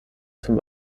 zum